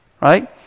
right